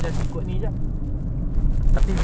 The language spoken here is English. tampines triple eight dekat rumah ira